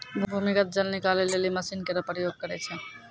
भूमीगत जल निकाले लेलि मसीन केरो प्रयोग करै छै